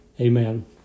amen